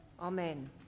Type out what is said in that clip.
Amen